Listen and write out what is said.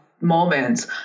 moments